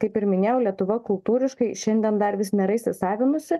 kaip ir minėjau lietuva kultūriškai šiandien dar vis nėra įsisavinusi